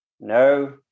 No